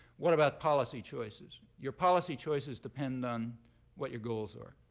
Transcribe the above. what about policy choices? your policy choices depend on what your goals are.